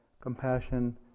compassion